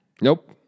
Nope